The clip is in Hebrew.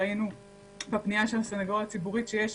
ראינו בפנייה של הסנגוריה הציבורית שיש